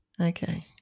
Okay